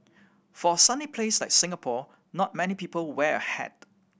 for a sunny place like Singapore not many people wear a hat